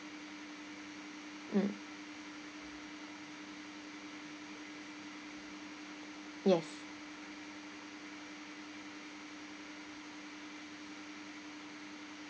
mm yes